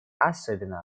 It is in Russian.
особенно